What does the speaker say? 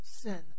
sin